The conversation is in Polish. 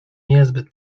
niezbyt